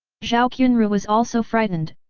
zhao qianru was also frightened,